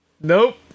Nope